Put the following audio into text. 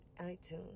iTunes